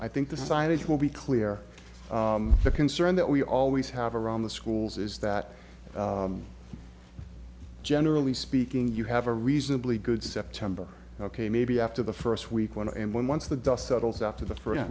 i think the signage will be clear the concern that we always have around the schools is that generally speaking you have a reasonably good september ok maybe after the first week when and when once the dust settles after the f